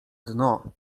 dno